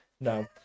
No